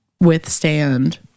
withstand